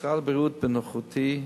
משרד הבריאות, בנוכחותי,